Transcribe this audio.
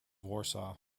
warsaw